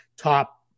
top